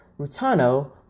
Rutano